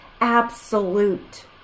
absolute